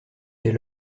dès